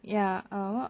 ya err what